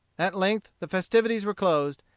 at length the festivities were closed,